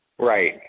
Right